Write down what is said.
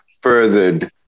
furthered